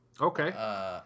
Okay